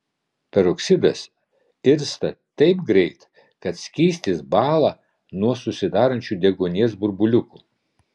peroksidas irsta taip greit kad skystis bąla nuo susidarančių deguonies burbuliukų